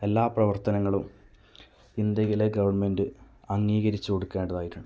എല്ലാ പ്രവർത്തനങ്ങളും ഇന്ത്യയിലെ ഗവൺമെന്റ് അംഗീകരിച്ചു കൊടുക്കേണ്ടതായിട്ടുണ്ട്